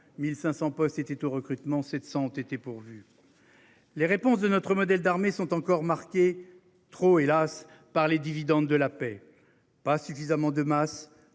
1500 postes étaient au recrutement, 700 ont été pourvus. Les réponses de notre modèle d'armée sont encore marqués, trop hélas par les dividendes de la paix, pas suffisamment de masse,